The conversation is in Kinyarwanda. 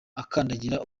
akandagira